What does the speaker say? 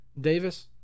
Davis